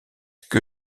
que